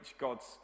God's